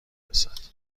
برسد